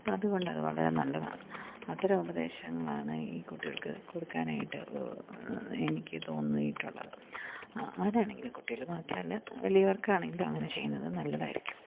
അപ്പം അതുകൊണ്ട് അത് വളരെ നല്ലതാണ് അത്തരം ഉപദേശങ്ങളാണ് ഈ കുട്ടികൾക്ക് കൊടുക്കാനായിട്ട് എനിക്ക് തോന്നിയിട്ടുള്ളത് ആരാണെങ്കിലും കുട്ടികൾ മാത്രമല്ല വലിയവർക്കാണെങ്കിലും അങ്ങനെ ചെയ്യുന്നത് നല്ലതായിരിക്കും